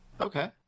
okay